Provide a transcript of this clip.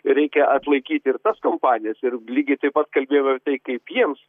reikia atlaikyti ir tas kompanijas ir lygiai taip pat kalbėjau ir tai kaip jiems